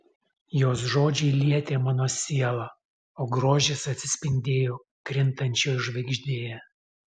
jos žodžiai lietė mano sielą o grožis atsispindėjo krintančioj žvaigždėje